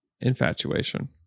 infatuation